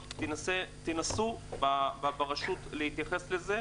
תנסו ברשות להתייחס לסוגיה הזאת,